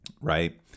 Right